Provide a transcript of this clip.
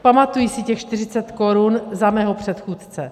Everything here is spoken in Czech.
Pamatují si těch 40 korun za mého předchůdce.